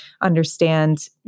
understand